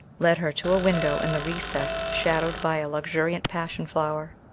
led her to a window in the recess shadowed by a luxuriant passion flower.